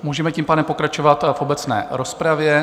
Můžeme tím pádem pokračovat v obecné rozpravě.